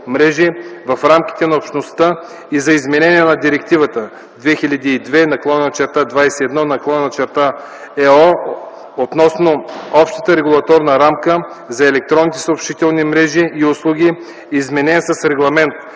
в рамките на Общността и за изменение на Директива 2002/21/ЕО относно общата регулаторна рамка за електронните съобщителни мрежи и услуги, изменен с Регламент